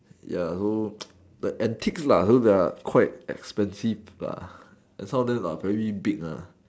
ya so the antique so there are like expensive and some of them are very big